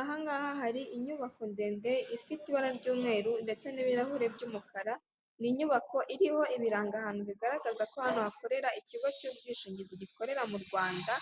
Aha ngaha hari inyubako ndende ifite ibara ry'umweru ndetse n'ibirahure by'umukara, ni inyubako iriho ibirangahantu bigaragaza ko hano hakorera ikigo cy'ubwishingizi gikorera mu Rwanda